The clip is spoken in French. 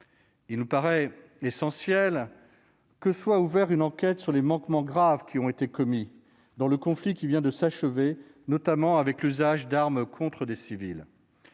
Il nous paraît essentiel que soit ouverte une enquête sur les manquements graves qui ont été commis dans le conflit qui vient de s'achever, comme l'usage d'armes contre des civils.